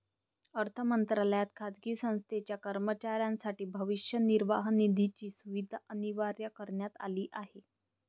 अर्थ मंत्रालयात खाजगी संस्थेच्या कर्मचाऱ्यांसाठी भविष्य निर्वाह निधीची सुविधा अनिवार्य करण्यात आली आहे